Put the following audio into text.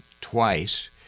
twice